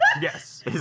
yes